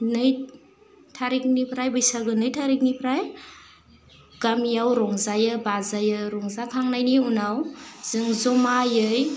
नै थारिगनिफ्राय बैसागो नै थारिगनिफ्राय गामियाव रंजायो बाजायो रंजाखांनायनि उनाव जों ज'मायै